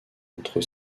entre